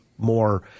more